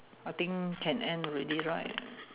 I think can end already right